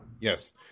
Yes